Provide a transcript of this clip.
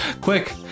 Quick